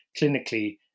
clinically